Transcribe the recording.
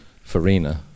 farina